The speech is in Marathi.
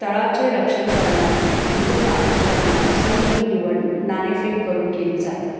तळाचे रक्षण करणारा आणि तो काबीज करणारा संघ ही निवड नाणेफेक करून केली जाते